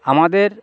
আমাদের